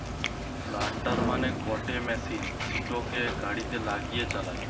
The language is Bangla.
প্লান্টার মানে গটে মেশিন সিটোকে গাড়িতে লাগিয়ে চালায়